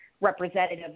representative